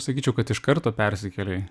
sakyčiau kad iš karto persikėlei